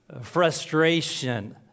frustration